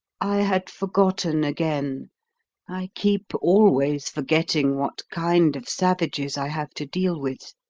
i had forgotten again i keep always forgetting what kind of savages i have to deal with.